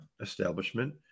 establishment